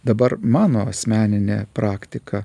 dabar mano asmeninė praktika